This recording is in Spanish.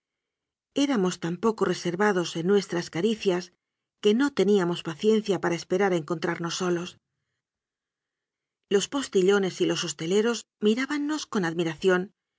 tan poco reservados en nues tras caricias que no teníamos paciencia para es perar a encontrarnos solos los postillones y los hosteleros mirábannos con admiración